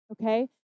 okay